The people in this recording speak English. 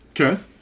Okay